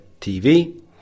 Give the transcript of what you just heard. TV